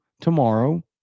tomorrow